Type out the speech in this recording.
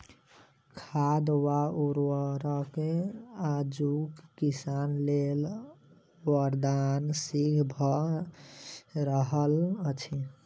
खाद वा उर्वरक आजुक किसान लेल वरदान सिद्ध भ रहल अछि